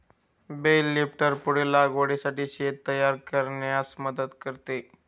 bell lifter पुढील लागवडीसाठी शेत तयार करण्यास मदत करते